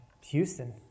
Houston